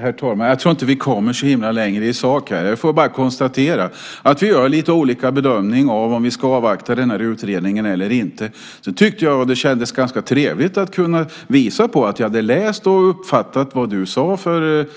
Herr talman! Jag tror inte att vi kommer längre i sak här. Jag konstaterar att vi gör lite olika bedömning när det gäller om vi ska avvakta utredningen eller inte. Sedan tyckte jag att det kändes trevligt att kunna visa på att jag hade läst och uppfattat vad du sade för ett